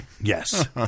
Yes